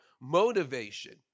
motivation